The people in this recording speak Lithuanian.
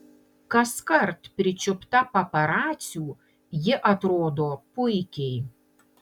kaskart pričiupta paparacių ji atrodo puikiai